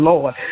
Lord